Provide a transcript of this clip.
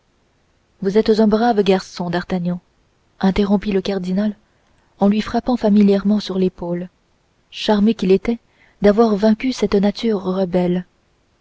vous êtes un brave garçon d'artagnan interrompit le cardinal en lui frappant familièrement sur l'épaule charmé qu'il était d'avoir vaincu cette nature rebelle